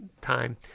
time